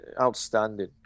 outstanding